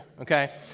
okay